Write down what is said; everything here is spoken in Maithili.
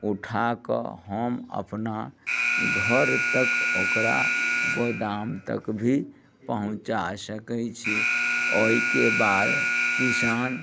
उठाकऽ हम अपना घर तक ओकरा गोदाम तक भी पहुँचा सकैत छियै ओहिके बाद किसान